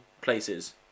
places